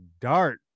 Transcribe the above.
dart